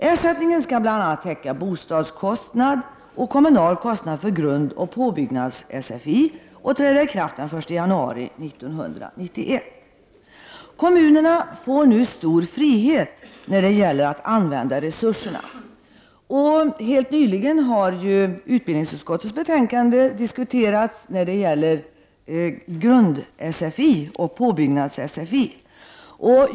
Ersättningen skall bl.a. täcka bostadskostnad och kommunal kostnad för grundoch påbyggnads-SFI och träda i kraft den 1 januari 1991. Kommunerna får stor frihet när det gäller att använda resurserna. Helt nyligen har vi diskuterat utbildningsutskottets betänkande om grund-SFI och påbyggnads-SFI.